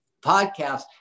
podcast